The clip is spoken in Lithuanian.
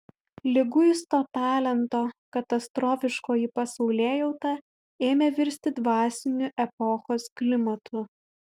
liguisto talento katastrofiškoji pasaulėjauta ėmė virsti dvasiniu epochos klimatu